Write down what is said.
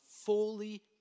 fully